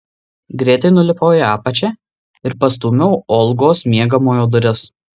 greitai nulipau į apačią ir pastūmiau olgos miegamojo duris